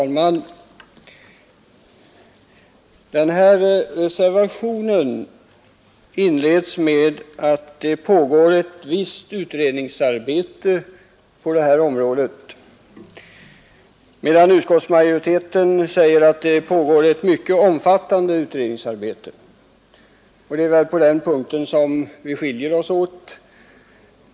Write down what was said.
Herr talman! Reservationens skrivning inleds med orden att det pågår ”visst utredningsarbete” på det här området, medan utskottsmajoriteten säger att det pågår ”ett mycket omfattande utredningsarbete”. Det är väl på den punkten som vi skiljer oss åt.